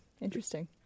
Interesting